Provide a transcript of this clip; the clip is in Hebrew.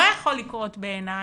לא יכול לקרות בעיני